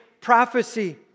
prophecy